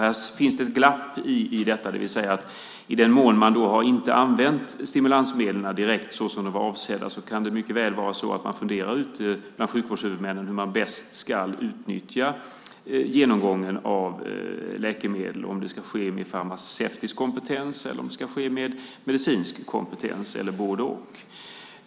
Det finns ett glapp i detta, det vill säga att i den mån man inte har använt stimulansmedlen direkt så som de var avsedda kan det mycket väl vara så att man ute bland sjukvårdshuvudmännen funderar på hur man bäst ska utnyttja genomgången av läkemedel och om det ska ske med farmaceutisk kompetens, med medicinsk kompetens eller både-och.